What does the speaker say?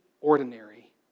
ordinary